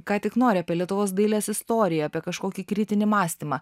ką tik nori apie lietuvos dailės istoriją apie kažkokį kritinį mąstymą